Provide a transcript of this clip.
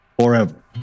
forever